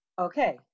okay